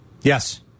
Yes